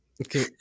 okay